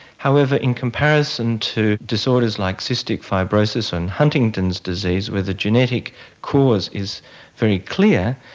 however, in comparison to disorders like cystic fibrosis and huntington's disease where the genetic cause is very clear,